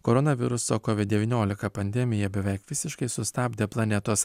koronaviruso kovid devyniolika pandemija beveik visiškai sustabdė planetos